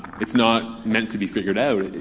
it's not meant to be figured out.